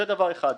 זה דבר ראשון.